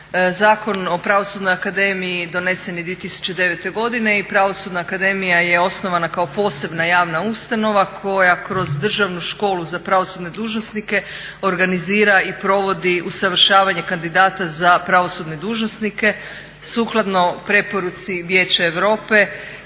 Zakon o Pravosudnoj akademiji donesen je 2009. godine i Pravosudna akademija je osnovana kao posebna javna ustanova koja kroz Državnu školu za pravosudne dužnosnike organizira i provodi usavršavanje kandidata za pravosudne dužnosnike sukladno preporuci Vijeća Europe